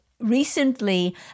recently